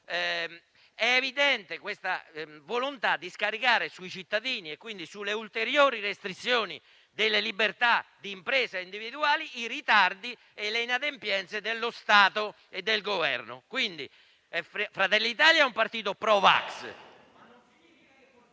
È evidente la volontà di scaricare sui cittadini, quindi con ulteriori restrizioni delle libertà di impresa e individuali, i ritardi e le inadempienze dello Stato e del Governo. Fratelli d'Italia è un partito *pro* vax,